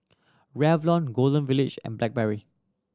Revlon Golden Village and Blackberry